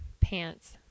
pants